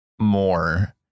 more